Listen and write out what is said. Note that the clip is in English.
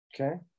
okay